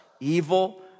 evil